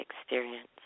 experience